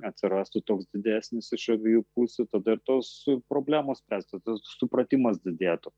atsirastų toks didesnis iš abiejų pusių tada ir tos problemos spręstųsi tas supratimas didėtų